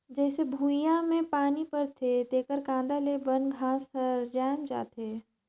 जईसे भुइयां में पानी परथे तेकर कांदा ले बन घास हर जायम जाथे